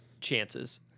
chances